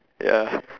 ya